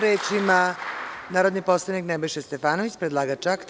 Reč ima narodni poslanik Nebojša Stefanović, predlagač akta.